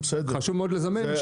חשוב מאוד לזמן,